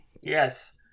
Yes